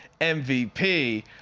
MVP